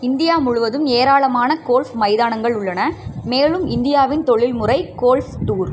India முழுவதும் ஏராளமான golf மைதானங்கள் உள்ளன மேலும் இந்தியாவின் தொழில்முறை கோல்ஃப் டூர்